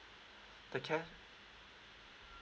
the ca~